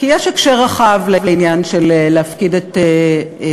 כי יש הקשר רחב לעניין של להפקיד את ממונך,